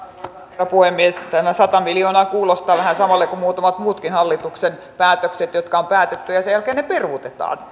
herra puhemies tämä sata miljoonaa kuulostaa vähän samalle kuin muutamat muutkin hallituksen päätökset jotka on päätetty ja sen jälkeen peruutettu